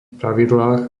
pravidlách